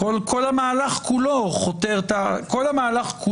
"ממני תראו